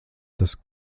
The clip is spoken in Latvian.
tas